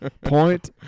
Point